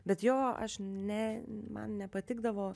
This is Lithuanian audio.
bet jo aš ne man nepatikdavo